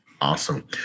Awesome